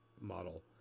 model